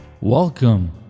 Welcome